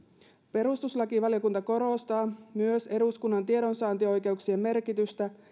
perustuslakivaliokunta korostaa myös eduskunnan tiedonsaantioikeuksien merkitystä